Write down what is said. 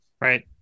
Right